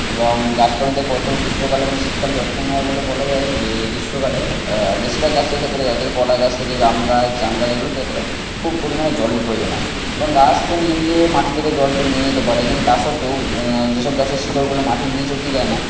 এবং গাছপালাতে কঠোর গ্রীষ্মকালে এবং শীতকালে যত্ন নেওয়ার বলে বলা যায় যে গ্রীষ্মকালে বেশিরভাগ গাছের ক্ষেত্রে অর্থাৎ কলা গাছ থেকে আম গাছ জাম গাছ এগুলোর ক্ষেত্রে খুব পরিমাণে জলের প্রয়োজন হয় এবং গাছ তো নিজে নিজে মাটি থেকে জল তো নিয়ে নিতে পারে কিন্তু তা সত্ত্বেও যে সব গাছের শিকড়গুলো মাটির নিচ অব্দি যায় না